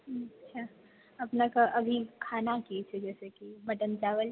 हुँ अच्छा अपनेके अभी खाना की छै जइसे कि मटन चावल